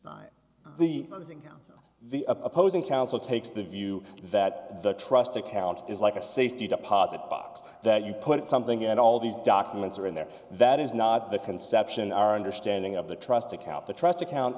counsel the opposing counsel takes the view that the trust account is like a safety deposit box that you put something in and all these documents are in there that is not the conception our understanding of the trust account the trust account